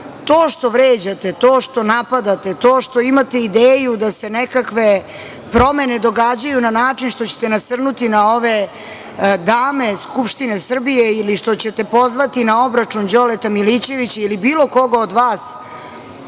što vređate, to što napadate, to što imate ideju da se nekakve promene događaju na način što ćete nasrnuti na ove dame Skupštine Srbije ili što ćete pozvati na obračun Đoleta Milićevića ili bilo koga od vas,